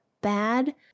bad